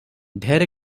ଢେର